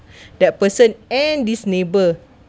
that person and this neighbour